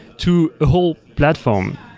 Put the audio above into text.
to a whole platform.